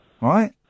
Right